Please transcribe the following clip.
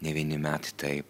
ne vieni metai taip